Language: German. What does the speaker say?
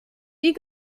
wie